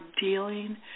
dealing